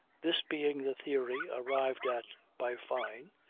this being the theory arrived at by fyne,